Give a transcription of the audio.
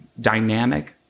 dynamic